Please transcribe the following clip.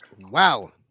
Wow